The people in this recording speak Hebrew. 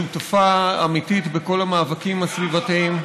שותפה אמיתית בכל המאבקים הסביבתיים.